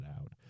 out